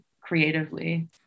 creatively